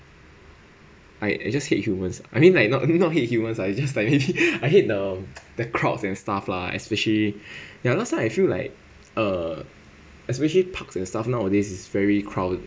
I I just hate humans I mean like not not hate humans lah it's just like I hate the the crowds and stuff lah especially ya last time I feel like uh especially parks and stuff nowadays is very crowded